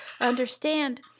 Understand